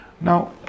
Now